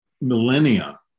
millennia